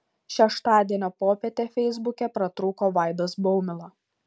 šeštadienio popietę feisbuke pratrūko vaidas baumila